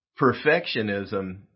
Perfectionism